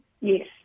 Yes